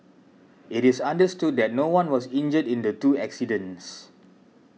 it is understood that no one was injured in the two accidents